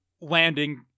landing